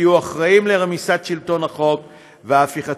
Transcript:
אתם תהיו אחראים לרמיסת שלטון החוק ולהפיכת